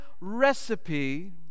recipe